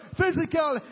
physical